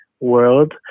world